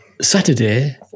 Saturday